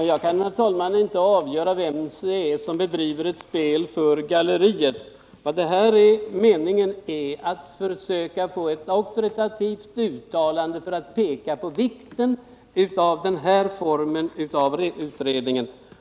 Herr talman! Jag kan inte avgöra vem som bedriver ett spel för galleriet. Meningen är att försöka få ett auktoritativt uttalande för att för utredningen peka på vikten av den aktuella formen av verksamhet.